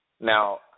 Now